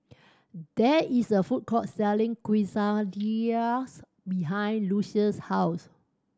there is a food court selling Quesadillas behind Lucious' house